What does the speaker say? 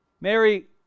Mary